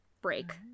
break